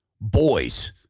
boys